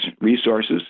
resources